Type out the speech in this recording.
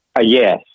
Yes